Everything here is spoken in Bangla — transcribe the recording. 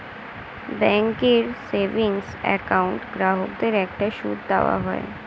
ব্যাঙ্কের সেভিংস অ্যাকাউন্ট গ্রাহকদের একটা সুদ দেওয়া হয়